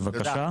בבקשה.